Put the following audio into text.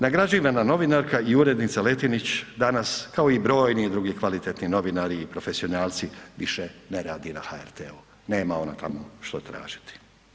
Nagrađivana novinarka i urednica Letinić danas kao i brojni drugi kvalitetni novinari i profesionalci više ne radi na HRT-u, nema ona što tamo tražiti.